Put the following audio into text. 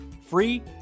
free